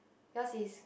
yours is